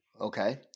Okay